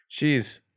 Jeez